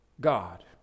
God